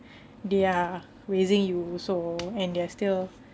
they are raising you also and they're still